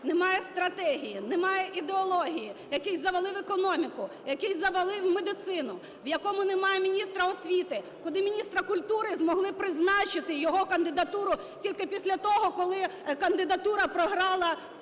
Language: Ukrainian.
немає стратегії, немає ідеології, який завалив економіку, який завалив медицину, в якому немає міністра освіти, куди міністра культури змогли призначити, його кандидатуру, тільки після того, коли кандидатура програла